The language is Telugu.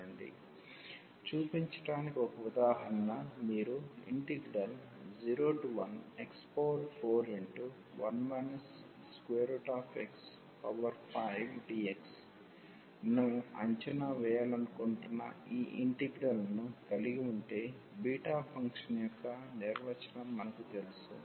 చూపించడానికి ఒక ఉదాహరణ మీరు 01x41 x5dx ను అంచనా వేయాలనుకుంటున్న ఈ ఇంటిగ్రల్ ను కలిగి ఉంటే బీటా ఫంక్షన్ యొక్క నిర్వచనం మనకు తెలుసు